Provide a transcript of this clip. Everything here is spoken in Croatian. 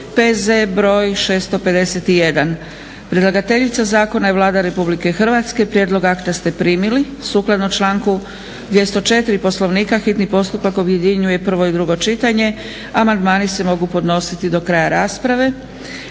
P.Z. br. 651 Predlagateljica zakona je Vlada RH. Prijedlog akta ste primili. Sukladno članku 204. Poslovnika, hitni postupak objedinjuje prvo i drugo čitanje. Amandmani se mogu podnositi do kraja rasprave.